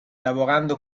lavorando